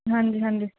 ਹਾਂਜੀ ਹਾਂਜੀ